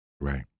Right